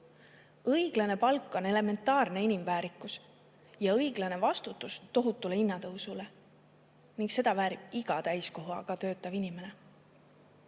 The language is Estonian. Õiglane palk on elementaarse inimväärikuse [eeldus] ja õiglane vastus tohutule hinnatõusule. Seda väärib iga täiskohaga töötav inimene.